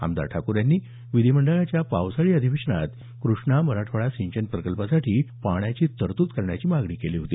आमदार ठाकूर यांनी विधीमंडळाच्या पावसाळी अधिवेशनात कृष्णा मराठवाडा सिंचन प्रकल्पासाठी पाण्याची तरतूद करण्याची मागणी केली होती